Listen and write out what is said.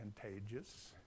contagious